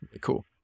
Cool